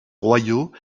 royaux